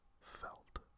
felt